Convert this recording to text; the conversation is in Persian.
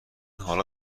حالا